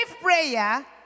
prayer